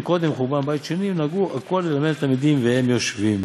ומקודם חורבן בית שני נהגו הכול ללמד לתלמידים והם יושבים.